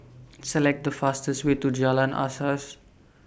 Select The fastest Way to Jalan Asas